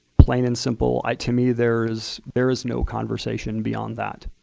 plain and simple, to me there is there is no conversation beyond that.